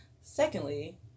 Secondly